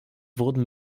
wurden